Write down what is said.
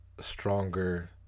stronger